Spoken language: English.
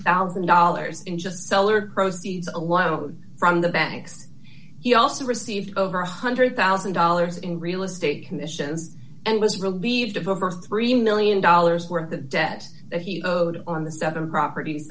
thousand dollars in just the seller proceeds alone from the banks he also received over one hundred thousand dollars in real estate commissions and was relieved of over three million dollars worth of debt that he owed on the seven properties